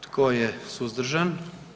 Tko je suzdržan?